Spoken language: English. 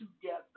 together